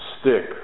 stick